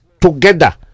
together